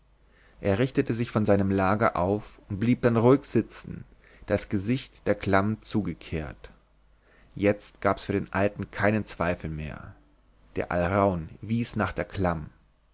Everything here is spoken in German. er richtete sich von seinem lager auf und blieb dann ruhig sitzen das gesicht der klamm zugekehrt jetzt gab's für den alten keinen zweifel mehr der alraun wies nach der